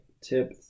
Tip